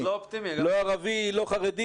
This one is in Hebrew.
לא ערבי, לא חרדי